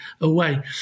away